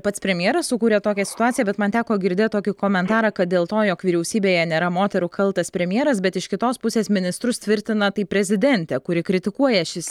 pats premjeras sukūrė tokią situaciją bet man teko girdėt tokį komentarą kad dėl to jog vyriausybėje nėra moterų kaltas premjeras bet iš kitos pusės ministrus tvirtina tai prezidentė kuri kritikuoja šį s